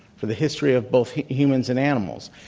for the history of both humans and animals.